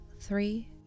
three